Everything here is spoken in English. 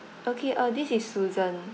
okay uh this is susan